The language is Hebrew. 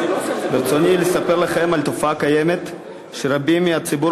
ברצוני לספר לכם על תופעה שרבים מציבור